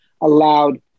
allowed